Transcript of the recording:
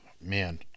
man